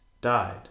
died